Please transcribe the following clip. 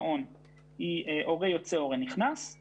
בין אם הוא זכאי למעון יום מסובסד